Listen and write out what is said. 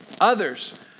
others